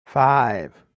five